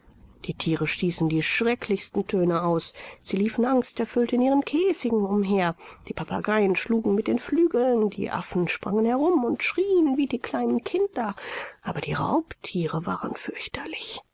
die thiere stießen die schrecklichsten töne aus sie liefen angsterfüllt in ihren käfigen umher die papageien schlugen mit den flügeln die affen sprangen herum und schrieen wie die kleinen kinder aber die raubthiere waren fürchterlich